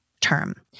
term